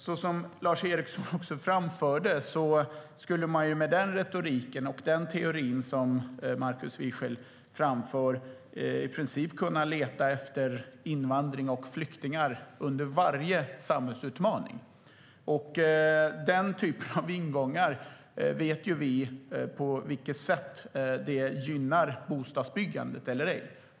Såsom Lars Eriksson också framförde skulle man med den retorik och den teori som Markus Wiechel framför i princip kunna så att säga leta efter invandring och flyktingar under varje samhällsutmaning. Om den typen av ingångar vet vi på vilket sätt den gynnar bostadsbyggandet eller ej.